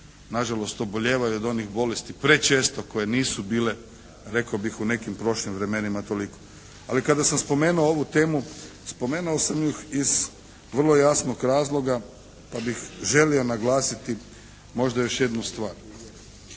nažalost obolijevaju od onih bolesti prečesto koje nisu bile rekao bih u nekim prošlim vremenima toliko. Ali kada sam spomenuo ovu temu spomenuo sam ju iz vrlo jasnog razloga pa bih želio naglasiti možda još jednu stvar.